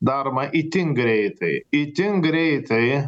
daroma itin greitai itin greitai